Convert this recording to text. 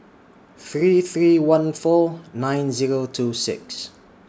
three three one four nine Zero two six